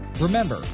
Remember